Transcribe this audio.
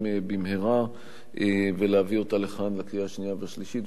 במהרה ולהביא אותה לכאן לקריאה השנייה והשלישית,